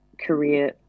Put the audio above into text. career